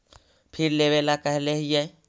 फिर लेवेला कहले हियै?